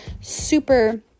super